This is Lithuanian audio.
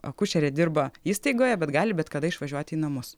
akušerė dirba įstaigoje bet gali bet kada išvažiuoti į namus